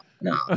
no